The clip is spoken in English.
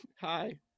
Hi